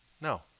No